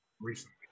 recently